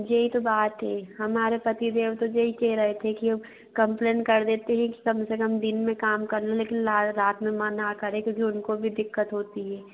यही तो बात है हमारे पतिदेव तो यही कह रहे थे कि अब कम्पलेन कर देते हैं कि कम से कम दिन मे काम कर लो लेकिन रात मे मना करे क्योंकि उनको भी दिक्कत होती है